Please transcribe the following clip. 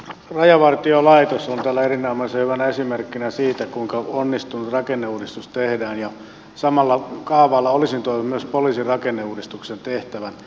rajavartiolaitos on täällä erinomaisen hyvänä esimerkkinä siitä kuinka onnistunut rakenneuudistus tehdään ja samalla kaavalla olisin toivonut myös poliisin rakenneuudistuksen tehtävän